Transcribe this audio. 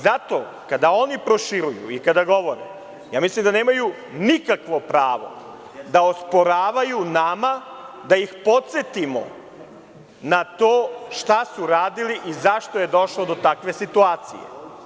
Zato kada oni proširuju, kada govore, mislim da nemaju nikakvo pravo da osporavaju nama da ih podsetimo na to šta su radili i zašto je došlo do takve situacije.